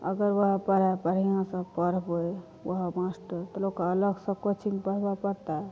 अगर ओहए पढ़ाइ बढ़िआँसँ पढ़बै ओहए मास्टर तऽ लोककेँ अलगसँ कोचिंग पढ़बऽ पड़तै